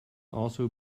also